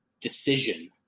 decision